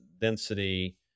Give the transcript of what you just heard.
density